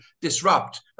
disrupt